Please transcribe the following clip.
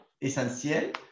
essentiel